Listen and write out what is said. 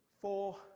Four